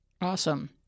awesome